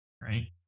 right